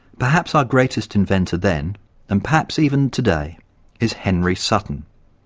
perhaps our greatest inventor then and perhaps even today is henry sutton,